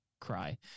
cry